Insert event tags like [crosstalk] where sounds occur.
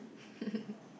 [laughs]